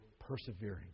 persevering